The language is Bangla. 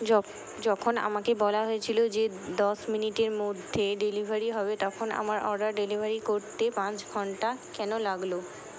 যখন আমাকে বলা হয়েছিলো যে দশ মিনিটের মধ্যে ডেলিভারি হবে তখন আমার অর্ডার ডেলিভারি করতে পাঁচ ঘন্টা কেন লাগলো